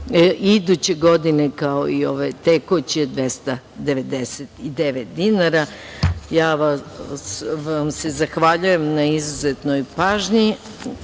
iduće godine, kao i ove tekuće, 299 dinara. Ja vam se zahvaljujem na izuzetnoj pažnji